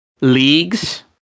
leagues